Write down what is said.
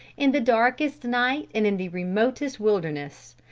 in the darkest night and in the remotest wilderness,